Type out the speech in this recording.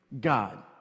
God